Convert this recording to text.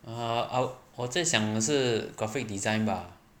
uh 我我在想是 graphic design bah